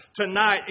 tonight